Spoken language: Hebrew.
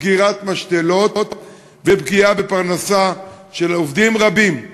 סגירת משתלות ופגיעה בפרנסה של עובדים רבים.